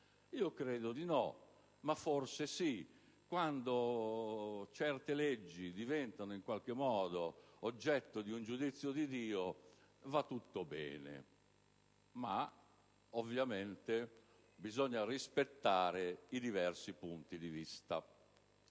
Credo di no, ma forse sì. Quando certe leggi diventano in qualche modo oggetto di un giudizio di Dio va tutto bene, ma bisogna ovviamente rispettare i diversi punti di vista.